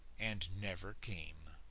and never came.